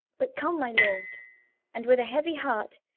but come, my lord and with a heavy heart,